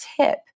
tip